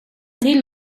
till